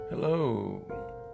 Hello